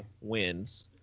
wins